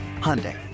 Hyundai